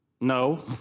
No